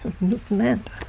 Newfoundland